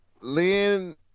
Lynn